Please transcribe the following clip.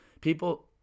People